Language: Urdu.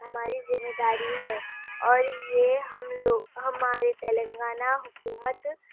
ہماری ذمہ داری ہے اور یہ ہم لوگ ہمارے تلنگانہ حکومت